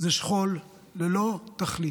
שכול ללא תכלית.